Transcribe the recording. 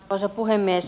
arvoisa puhemies